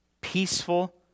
Peaceful